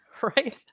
right